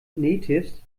natives